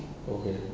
oh okay